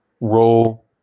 role